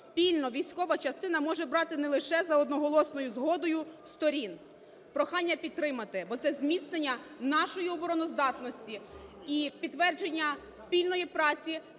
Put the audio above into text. спільна військова частина може брати не лише за одноголосною згодою сторін. Прохання підтримати, бо це зміцнення нашої обороноздатності і підтвердження спільної праці